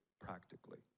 practically